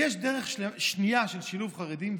יש דרך שנייה של שילוב חרדים,